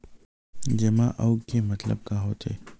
जमा आऊ के मतलब का होथे?